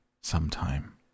sometime